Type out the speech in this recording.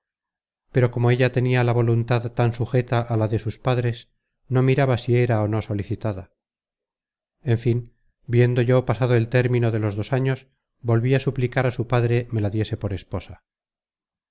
pero como ella tenia la voluntad tan sujeta a la de sus padres no miraba si era ó no solicitada en fin viendo yo pasado el término de los dos años volví á suplicar á su padre me la diese por esposa